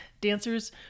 dancers